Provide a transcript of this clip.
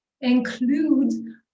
include